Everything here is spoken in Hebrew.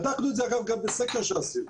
בדקנו את זה גם בסקר שעשינו.